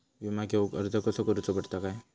विमा घेउक अर्ज करुचो पडता काय?